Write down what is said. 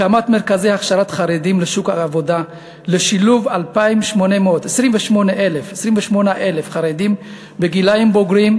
הקמת מרכזי הכשרת חרדים לשוק העבודה לשילוב 28,000 חרדים בגילים בוגרים,